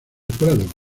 prado